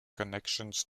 connections